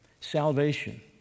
Salvation